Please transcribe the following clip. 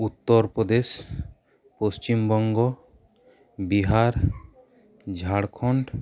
Uttar Pradesh Paschim Banga Bihar Jharkhand